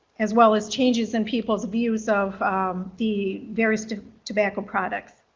as well as changes in people's views of the various tobacco products.